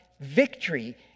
victory